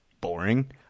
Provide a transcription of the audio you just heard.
boring